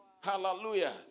Hallelujah